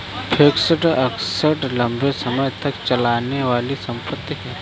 fixed assets लंबे समय तक चलने वाली संपत्ति है